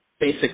basic